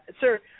Sir